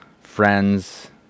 friends